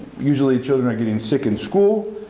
usually children are getting sick in school,